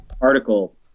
article